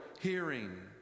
hearing